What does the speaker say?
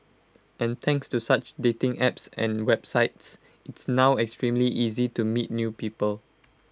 and thanks to such dating apps and websites it's now extremely easy to meet new people